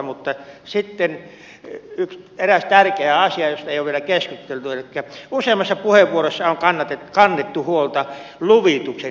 mutta sitten eräs tärkeä asia josta ei ole vielä keskusteltu elikkä useammassa puheenvuorossa on kannettu huolta luvituksen hitaudesta